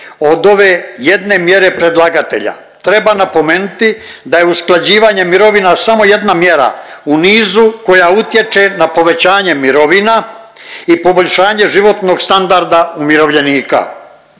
od ove jedne mjere predlagatelja. Treba napomenuti da je usklađivanje mirovina samo jedna mjera u nizu koja utječe na povećanje mirovina i poboljšanje životnog standarda umirovljenika.